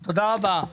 תודה רבה.